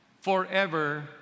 forever